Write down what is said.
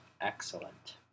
Excellent